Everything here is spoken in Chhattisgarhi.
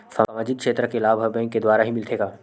सामाजिक क्षेत्र के लाभ हा बैंक के द्वारा ही मिलथे का?